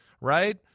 right